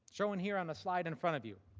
shown here on the slide in front of you.